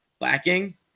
lacking